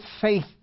faith